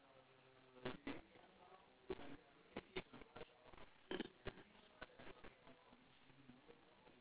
mm